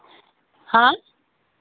हाँ